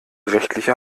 rechtliche